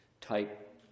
type